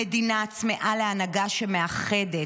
המדינה צמאה להנהגה מאחדת,